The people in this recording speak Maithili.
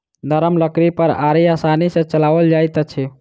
नरम लकड़ी पर आरी आसानी सॅ चलाओल जाइत अछि